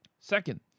Second